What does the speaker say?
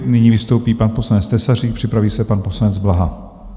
Nyní vystoupí pan poslanec Tesařík, připraví se pan poslanec Blaha.